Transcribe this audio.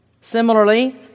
Similarly